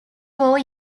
war